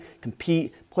compete